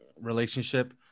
relationship